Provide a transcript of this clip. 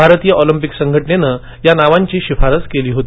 भारतीय ऑलिंपिक संघटनेनं या नावांची शिफारस केली होती